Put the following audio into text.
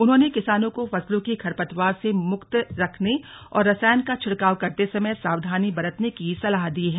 उन्होंने किसानों को फसलों को खरपतवार से मुक्त रखने और रसायन का छिड़काव करते समय सावधानी बरतने की सलाह दी है